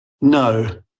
no